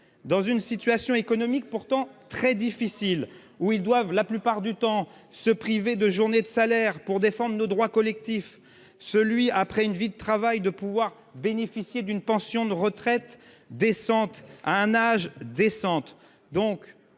dans une situation économique pourtant très difficile, où ils doivent la plupart du temps se priver de journées de salaire pour défendre un droit collectif, celui de bénéficier, après une vie de travail, d'une pension de retraite décente à un âge décent.